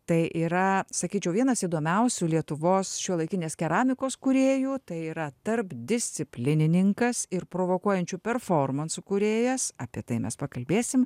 tai yra sakyčiau vienas įdomiausių lietuvos šiuolaikinės keramikos kūrėjų tai yra tarpdisciplinininkas ir provokuojančių performansų kūrėjas apie tai mes pakalbėsim